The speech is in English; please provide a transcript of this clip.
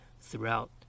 throughout